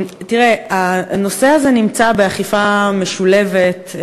הנושא הזה נמצא באכיפה משולבת,